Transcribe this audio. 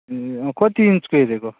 ए अँ कति इन्चको हेरेको